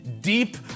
deep